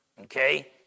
Okay